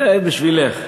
זה בשבילך.